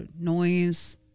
noise